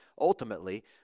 ultimately